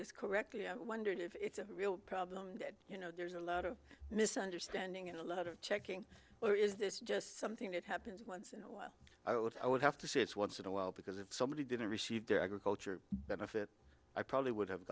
this correctly i wondered if it's a real problem that you know there's a lot of misunderstanding and a lot of checking or is this just something that happens once in a while i would have to say it's once in a while because if somebody didn't receive their agriculture benefit i probably would have